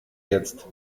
jetzt